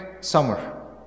summer